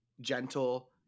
gentle